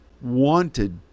wanted